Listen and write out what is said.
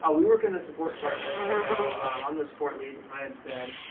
ah we work in the support department, so i'm the support lead. my name's ben.